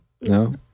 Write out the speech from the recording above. no